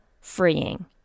freeing